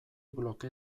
bloke